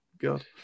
God